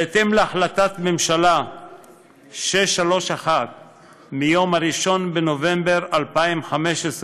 בהתאם להחלטת ממשלה 631 מיום 1 בנובמבר 2015,